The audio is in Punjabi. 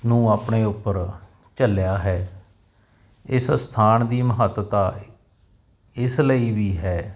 ਨੂੰ ਆਪਣੇ ਉੱਪਰ ਝੱਲਿਆ ਹੈ ਇਸ ਸਥਾਨ ਦੀ ਮਹੱਤਤਾ ਇਸ ਲਈ ਵੀ ਹੈ